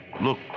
Look